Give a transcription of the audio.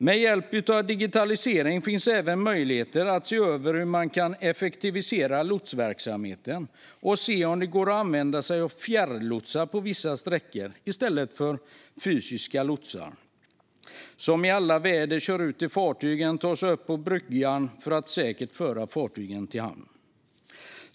Med hjälp av digitalisering finns även möjligheter att se över hur man kan effektivisera lotsverksamheten och se om det går att använda sig av fjärrlotsar på vissa sträckor i stället för fysiska lotsar, som i alla väder kör ut till fartygen och tar sig upp på bryggan för att säkert föra fartygen till hamn.